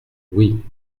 oui